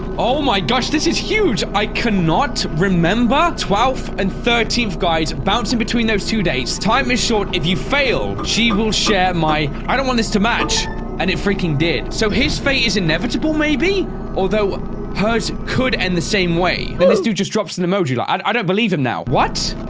oh my gosh. this is huge. i cannot remember twelfth and thirteenth guys bouncing between those two days time is short if you fail she will share my i don't want this to match and it freakin did so his fate is inevitable. maybe although hers could end the same way, but this dude. just drops an emoji. i don't believe him now what?